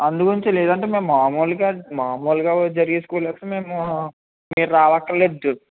అందు గురించే లేదంటే మేము మాములుగా మాములుగా జరిగే స్కూల్ టెస్ట్ మేము మీరు రావక్కర్లేదు